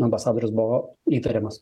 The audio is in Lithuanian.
ambasadorius buvo įtariamas